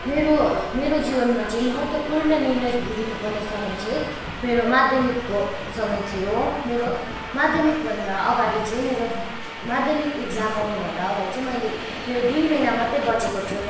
मेरो मेरो जीवनमा चाहिँ महत्त्वपूर्ण निर्णय लिनुपर्ने समय चाहिँ मेरो माध्यमिकको समय थियो मेरो माध्यमिकभन्दा अगाडि चाहिँ मेरो माध्यमिक इक्जाम आउनुभन्दा अगाडि चाहिँ मैले मेरो दुई महिना मात्र बाँचेको थियो